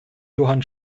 johann